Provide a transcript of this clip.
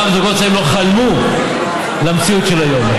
מעולם זוגות צעירים לא חלמו על המציאות של היום.